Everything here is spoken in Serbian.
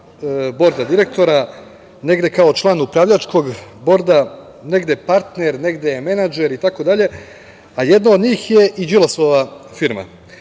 borda direktora, negde kao član upravljačkog borda, negde partner, negde menadžer itd, a jedna od njih je i Đilasova firma.